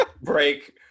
break